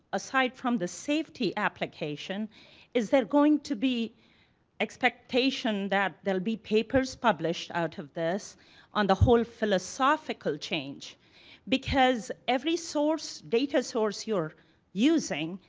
aside from the safety application is it going to be expectation that they'll be papers published out of this on the whole philosophical change because every source, data source you're using,